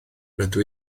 rydw